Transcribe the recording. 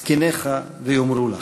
זקניך ויאמרו לך".